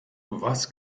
was